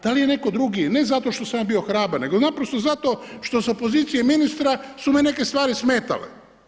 Da li je netko drugi, ne zato što sam ja bio hrabar, nego naprosto zato što sa pozicije ministra su me neke stvari smetale.